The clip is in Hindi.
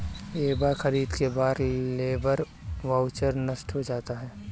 एक बार खरीद के बाद लेबर वाउचर नष्ट हो जाता है